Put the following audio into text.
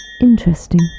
Interesting